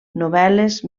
novel·les